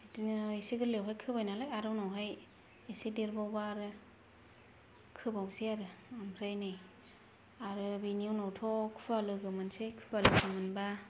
बिदिनो इसे गोर्लैयावहाय खोबाय नालाय आरो उनावहाय इसे देरबावबा आरो खोबावसै आरो ओमफ्राय नै आरो बेनि उनावथ' खुवा लोगो मोनसै खुवा लोगो मोनबा